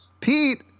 Pete